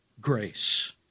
grace